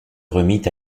remit